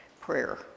prayer